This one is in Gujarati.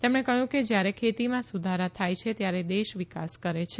તેમણે કહયું કે જયારે ખેતીમાં સુધારા થાય છે ત્યારે દેશ વિકાસ કરે છે